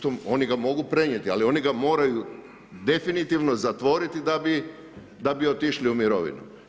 Oni ga mogu prenijeti ali oni ga moraju definitivno zatvoriti da bi otišli u mirovinu.